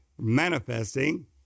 manifesting